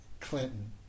Clinton